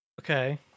okay